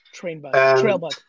Trailbug